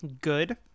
good